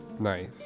nice